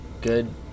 good